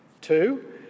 Two